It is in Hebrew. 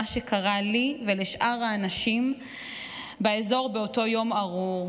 שקרה לי ולשאר האנשים באזור באותו יום ארור.